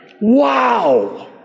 Wow